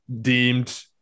deemed